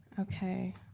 Okay